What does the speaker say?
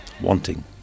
wanting